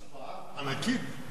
השפעה ענקית.